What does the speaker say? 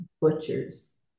butchers